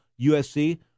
USC